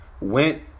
Went